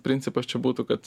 principas čia būtų kad